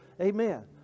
Amen